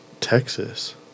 Texas